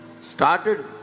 started